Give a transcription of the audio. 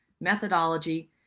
methodology